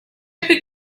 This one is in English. could